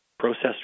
processed